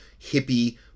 hippie